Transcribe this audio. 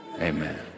Amen